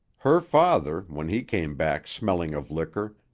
her father, when he came back smelling of liquor,